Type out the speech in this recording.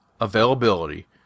availability